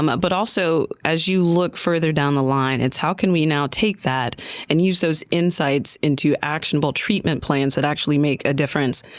um but also, as you look further down the line, it's, how can we now take that and use those insights into actionable treatment plans that actually make a difference?